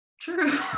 true